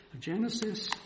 Genesis